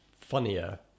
funnier